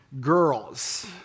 girls